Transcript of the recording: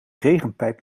regenpijp